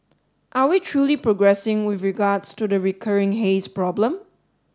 are we truly progressing with regards to the recurring haze problem